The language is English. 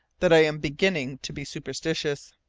that i am beginning to be superstitious.